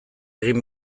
egin